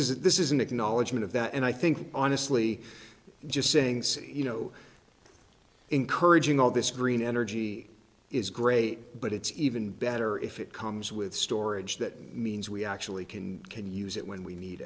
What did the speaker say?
is this is an acknowledgment of that and i think honestly just saying see you know encouraging all this green energy is great but it's even better if it comes with storage that means we actually can can use it when we need